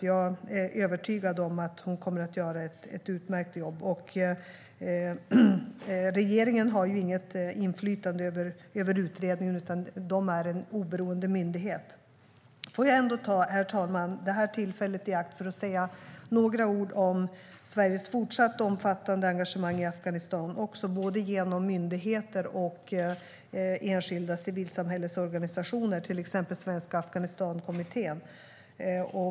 Jag är övertygad om att utredaren kommer att göra ett utmärkt jobb. Regeringen har inget inflytande över utredningen, utan den är en oberoende myndighet. Låt mig, herr talman, ta tillfället i akt att säga några ord om Sveriges fortsatta omfattande engagemang i Afghanistan genom både myndigheter och enskilda civilsamhällesorganisationer, till exempel Svenska Afghanistankommittén.